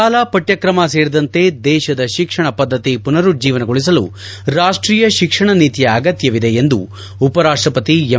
ಶಾಲಾ ಪಠ್ಕಕ್ರಮ ಸೇರಿದಂತೆ ದೇಶದ ಶಿಕ್ಷಣ ಪದ್ದತಿ ಮನರುಜ್ಜೀವಗೊಳಿಸಲು ರಾಷ್ಷೀಯ ಶಿಕ್ಷಣ ನೀತಿಯ ಅಗತ್ಯವಿದೆ ಎಂದು ಉಪರಾಷ್ಟಪತಿ ಎಂ